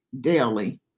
daily